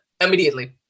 immediately